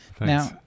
Now